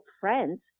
friends